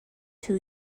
two